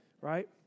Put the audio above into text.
Right